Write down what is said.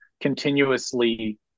continuously